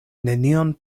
nenion